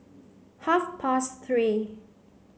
half past three